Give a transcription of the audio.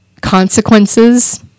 consequences